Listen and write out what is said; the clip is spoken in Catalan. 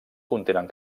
contenen